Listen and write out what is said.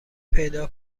پیدا